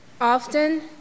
Often